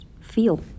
feel